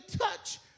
touch